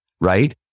right